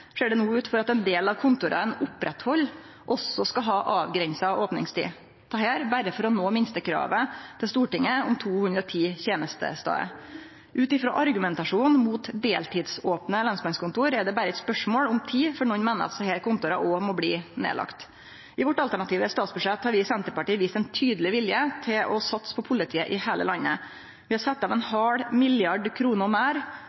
det no ut til at ein del av kontora ein held ved lag, også skal ha avgrensa opningstid – dette berre for å nå minstekravet til Stortinget om 210 tenestestadar. Ut frå argumentasjonen mot deltidsopne lensmannskontor er det berre eit spørsmål om tid før nokon meiner at desse kontora også må bli lagde ned. I vårt alternative statsbudsjett har vi i Senterpartiet vist ein tydeleg vilje til å satse på politiet i heile landet. Vi har sett av 0,5 mrd. kr meir